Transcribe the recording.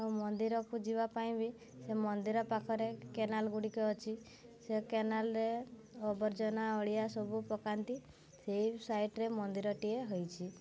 ମନ୍ଦିରକୁ ଯିବାପାଇଁ ବି ସେ ମନ୍ଦିର ପାଖରେ କେନାଲ୍ଗୁଡ଼ିକ ଅଛି ସେ କେନାଲ୍ରେ ଅବର୍ଜନା ଅଳିଆ ସବୁ ପକାନ୍ତି ସେଇ ସାଇଟ୍ରେ ମନ୍ଦିରଟିଏ ହୋଇଛି